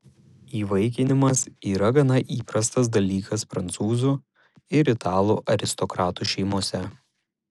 įvaikinimas yra gana įprastas dalykas prancūzų ir italų aristokratų šeimose